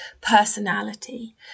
personality